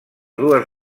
dues